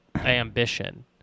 ambition